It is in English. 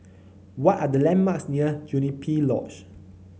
what are the landmarks near Juniper Lodge